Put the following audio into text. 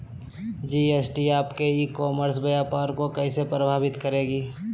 GST आपके e commerce व्यापार को कैसे प्रभावित करेगी?